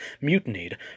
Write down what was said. mutinied